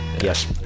Yes